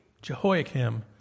Jehoiakim